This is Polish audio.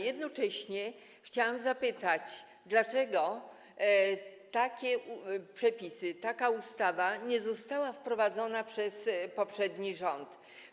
Jednocześnie chciałabym zapytać, dlaczego takie przepisy, taka ustawa nie została wprowadzona przez poprzedni rząd.